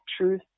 truth